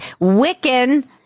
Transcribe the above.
Wiccan